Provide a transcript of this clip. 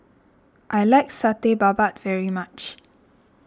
I like Satay Babat very much